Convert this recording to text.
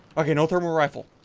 okay, no thermal rifle.